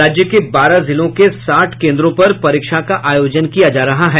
राज्य के बारह जिलों के साठ केन्द्रों पर परीक्षा का आयोजन किया जा रहा है